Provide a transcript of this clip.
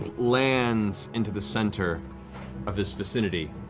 lands into the center of this vicinity.